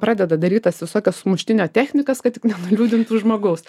pradeda daryt tas visokias sumuštinio technikas kad tik nenuliūdintų žmogaus